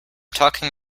talking